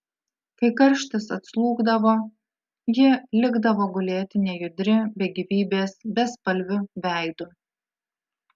kai karštis atslūgdavo ji likdavo gulėti nejudri be gyvybės bespalviu veidu